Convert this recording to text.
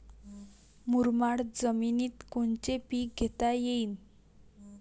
मुरमाड जमिनीत कोनचे पीकं घेता येईन?